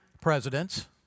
presidents